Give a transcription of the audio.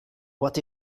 what